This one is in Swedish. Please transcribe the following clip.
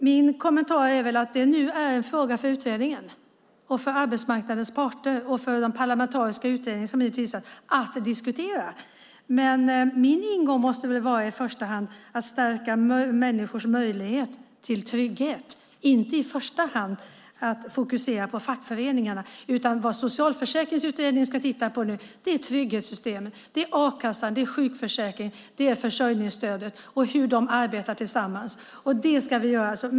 Min kommentar är väl att det nu är en fråga för utredningen och för arbetsmarknadens parter och för den parlamentariska utredningen, som nu är tillsatt, att diskutera. Min ingång måste i första hand vara att stärka människors möjlighet till trygghet, inte i första hand att fokusera på fackföreningarna. Socialförsäkringsutredningen ska titta på trygghetssystemen. Det är a-kassan, sjukförsäkringen och försörjningsstödet och hur de arbetar tillsammans.